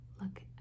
Look